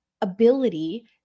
ability